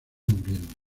muriendo